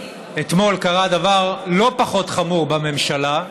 אתמול קרה דבר לא פחות חמור בממשלה,